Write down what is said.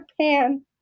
Pan